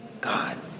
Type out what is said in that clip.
God